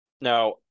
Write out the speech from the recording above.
Now